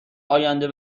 آینده